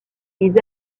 des